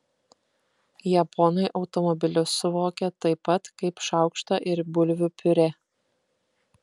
japonai automobilius suvokia taip pat kaip šaukštą ir bulvių piurė